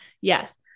Yes